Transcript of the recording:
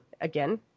again